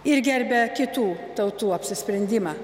ir gerbia kitų tautų apsisprendimą